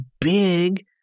big